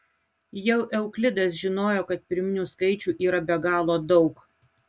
jau euklidas žinojo kad pirminių skaičių yra be galo daug